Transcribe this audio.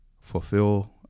fulfill